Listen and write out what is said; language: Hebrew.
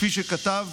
כפי שכתב